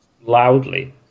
Loudly